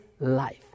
life